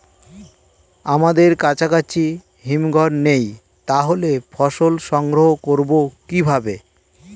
আমাদের কাছাকাছি হিমঘর নেই তাহলে ফসল সংগ্রহ করবো কিভাবে?